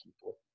people